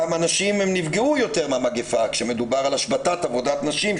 הנשים נפגעו יותר מהמגפה כשמדובר על השבתת עבודת נשים,